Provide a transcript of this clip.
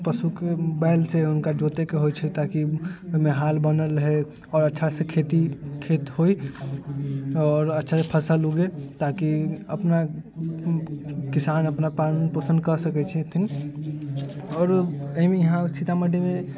पशुके बैल छै हुनका जोतैके होयत छै ताकि ओहिमे हाल बनल रहै आओर अच्छा से खेती खेत होइ आओर अच्छा से फसल उगे ताकि अपना किसान अपना पालन पोषण कऽ सकैत छथिन आओर कही भी यहाँ सीतामढ़ीमे